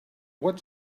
what